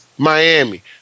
Miami